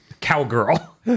cowgirl